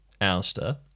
Alistair